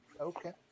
Okay